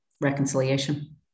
reconciliation